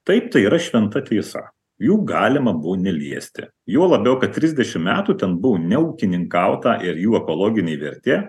taip tai yra šventa tiesa jų galima buvo neliesti juo labiau kad trisdešimt metų ten buvo neūkininkauta ir jų ekologinė vertė